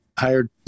hired